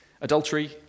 Adultery